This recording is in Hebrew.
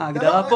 ההגדרה פה